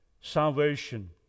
salvation